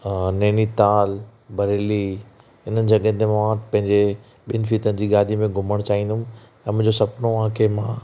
नैनीताल बरेली हिननि जॻहियुनि ते मां पंहिंजी ॿिनि फीथनि जी गाॾीअ में घुमण चाहींदुमि ऐं मुंहिंजो सुपिनो आहे कि मां